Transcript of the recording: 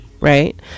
right